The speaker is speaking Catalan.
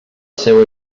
seua